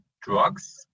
drugs